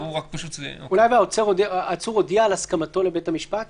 אולי, העצור הודיע על הסכמתו לבית המשפט?